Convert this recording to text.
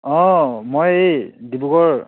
অঁ মই এই ডিব্ৰুগড়